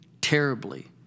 terribly